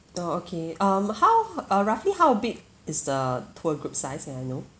orh okay um how uh roughly how big is the tour group size may I know